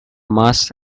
mass